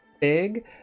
big